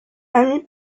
ami